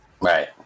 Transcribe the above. Right